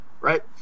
Right